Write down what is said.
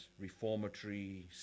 reformatory